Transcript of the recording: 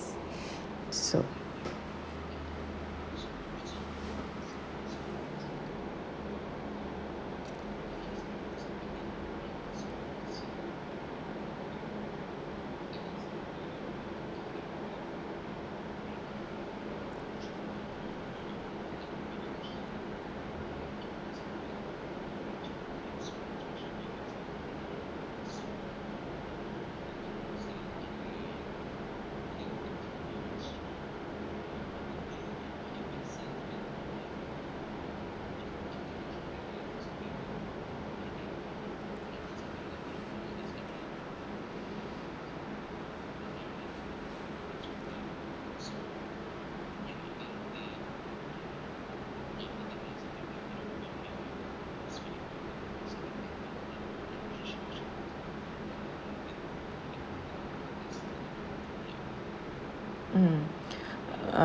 so mm